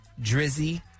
Drizzy